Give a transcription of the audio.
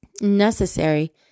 necessary